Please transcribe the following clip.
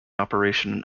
operation